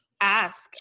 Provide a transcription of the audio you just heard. ask